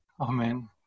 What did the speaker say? Amen